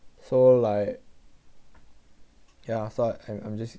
so like ya so I'm I'm just